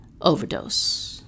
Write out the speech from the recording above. Overdose